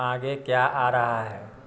आगे क्या आ रहा है